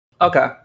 Okay